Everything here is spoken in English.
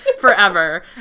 Forever